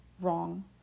wrong